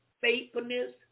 faithfulness